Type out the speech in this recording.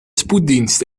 spoeddienst